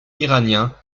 iraniens